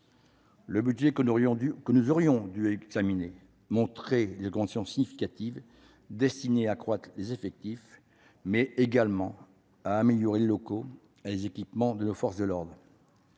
Le budget que nous aurions dû examiner montrait des augmentations significatives destinées non seulement à accroître les effectifs, mais également à améliorer les locaux et les équipements de nos forces de l'ordre-